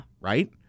Right